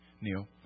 Neil